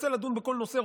רוצה לדון בכל נושא,